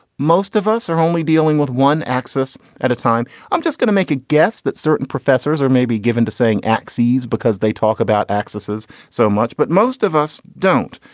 most of us are only dealing with one axis at a time. i'm just going to make a guess that certain professors are maybe given to saying axes because they talk about axes so much. but most of us don't.